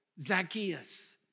Zacchaeus